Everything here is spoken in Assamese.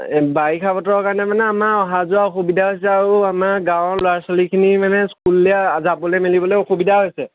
এই বাৰিষা বতৰৰ কাৰণে মানে অহা যোৱা অসুবিধা হৈছে আৰু আমাৰ গাঁৱৰ ল'ৰা ছোৱালীখিনি মানে স্কুললৈ যাবলৈ মেলিবলৈ অসুবিধা হৈছে